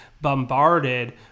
bombarded